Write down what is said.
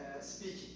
speaking